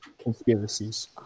Conspiracies